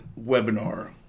webinar